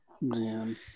man